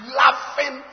laughing